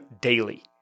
daily